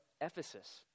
Ephesus